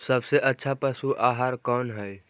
सबसे अच्छा पशु आहार कौन है?